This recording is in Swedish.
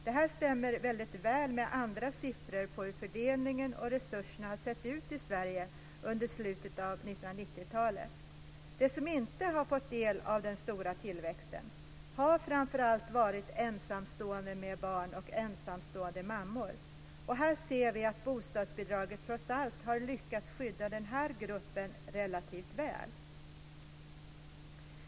Det här stämmer väldigt väl med andra siffror på hur fördelningen och resurserna har sett ut i Sverige under slutet av 1990 talet. De som inte har fått del av den stora tillväxten har framför allt varit ensamstående med barn och ensamstående mammor. Här ser vi att bostadsbidraget trots allt har lyckats skydda den här gruppen relativt väl."